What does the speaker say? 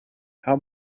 how